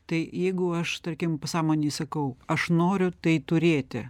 tai jeigu aš tarkim pasąmonėj sakau aš noriu tai turėti